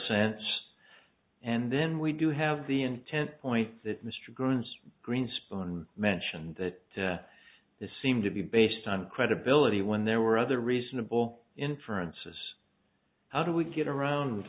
sense and then we do have the intent point that mr green's greenspun mentioned that this seemed to be based on credibility when there were other reasonable inferences how do we get around